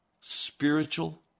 spiritual